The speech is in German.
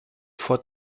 vor